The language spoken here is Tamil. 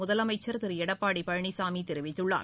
முதலமைச்சர் திரு எடப்பாடி பழனிசாமி தெரிவித்துள்ளார்